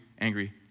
angry